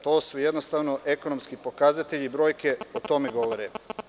To su jednostavno ekonomski pokazatelji i brojke o tome govore.